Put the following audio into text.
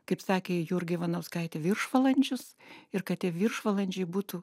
kaip sakė jurga ivanauskaitė viršvalandžius ir kad tie viršvalandžiai būtų